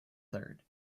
third